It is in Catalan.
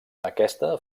aquesta